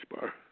bar